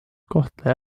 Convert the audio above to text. kohtla